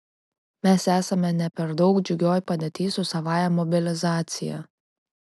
mes esame ne per daug džiugioj padėty su savąja mobilizacija